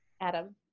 Adam